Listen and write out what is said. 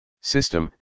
System